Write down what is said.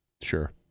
Sure